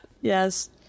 Yes